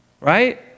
Right